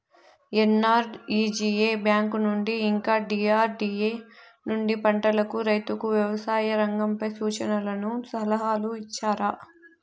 NREGA bank నుండి ఇంకా DRDA నుండి పంటలకు రైతుకు వ్యవసాయ రంగంపై సూచనలను సలహాలు ఇచ్చారా